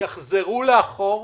יחזרו לאחור,